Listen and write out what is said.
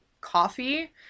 coffee